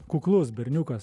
kuklus berniukas